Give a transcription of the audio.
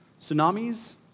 tsunamis